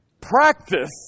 Practice